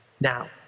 now